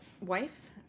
wife